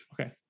Okay